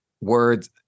words